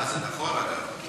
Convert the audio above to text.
זה נכון, אגב.